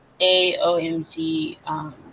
AOMG